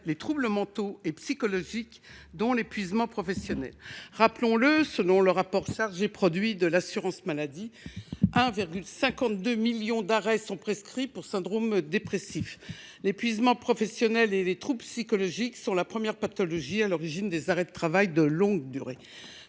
les troubles mentaux et psychologiques, dont l’épuisement professionnel. Rappelons le, selon le rapport de l’assurance maladie sur l’évolution des charges et des produits, 1,52 million d’arrêts sont prescrits pour syndrome dépressif. L’épuisement professionnel et les troubles psychologiques sont la première pathologie à l’origine des arrêts de travail de longue durée.